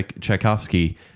Tchaikovsky